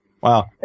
Wow